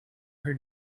her